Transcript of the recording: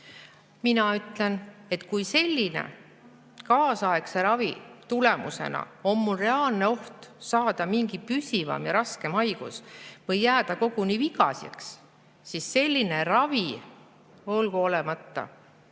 Mina ütlen, et kui sellise kaasaegse ravi tulemusena on mul reaalne oht saada mingi püsivam ja raskem haigus või jääda koguni vigaseks, siis selline ravi olgu olemata.